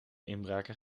inbraken